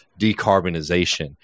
decarbonization